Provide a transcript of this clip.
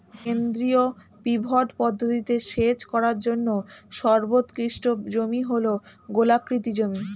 কেন্দ্রীয় পিভট পদ্ধতিতে সেচ করার জন্য সর্বোৎকৃষ্ট জমি হল গোলাকৃতি জমি